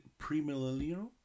premillennial